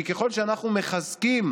כי ככל שאנחנו מחזקים